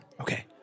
Okay